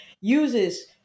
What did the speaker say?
uses